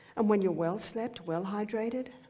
and when you're well-slept, well-hydrated,